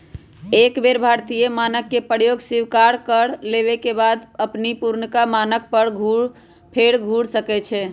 एक बेर भारतीय मानक के प्रयोग स्वीकार कर लेबेके बाद कंपनी पुरनका मानक पर फेर घुर सकै छै